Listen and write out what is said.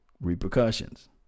repercussions